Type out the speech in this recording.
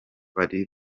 bari